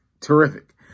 terrific